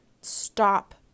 stop